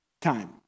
time